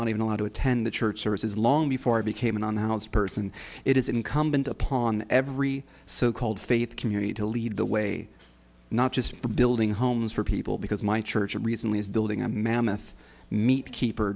and allowed to attend the church services long before i became an announced person it is incumbent upon every so called faith community to lead the way not just the building homes for people because my church recently is building a mammoth meat keeper